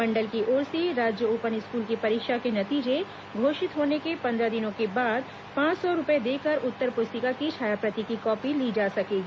मंडल की ओर से राज्य ओपन स्कूल की परीक्षा के नतीजे घोषित होने के पंद्रह दिनों के बाद पांच सौ रूपये देकर उत्तर प्रस्तिका की छायाप्रति की कॉपी ली जा सकेगी